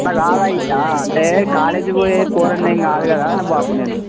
అట్ల కాదయ్యా అంటే కాలేజీకి పోయే పోరడునెేమి కాదు కదా బాపు నేను